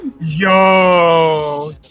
Yo